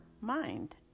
mind